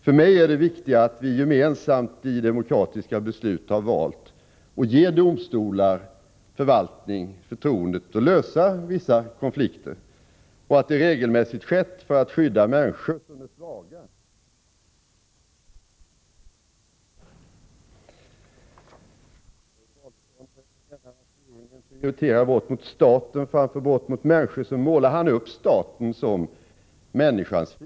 För mig är det viktigt att vi gemensamt i demokratiska beslut har valt att ge domstolar och förvaltning förtroendet att lösa vissa konflikter och att det regelmässigt sker för att skydda människor och grupper av människor som är svaga och som har det svårt att göra sig gällande. Ulf Adelsohn menar att regeringen prioriterar brott mot staten framför brott mot människor. Så målar han upp staten som människans fiende.